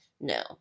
No